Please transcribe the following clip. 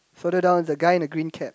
further down the guy in the green cap